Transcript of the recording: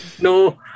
No